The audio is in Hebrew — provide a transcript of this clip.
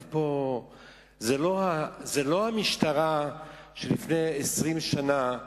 זאת לא המשטרה של לפני 20 שנה,